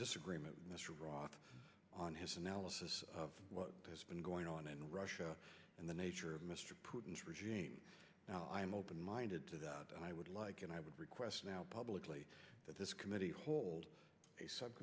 disagreement mr roth on his analysis of what has been going on in russia and the nature of mr putin's regime now i am open minded to that i would like and i would request now publicly that this committee holds a sub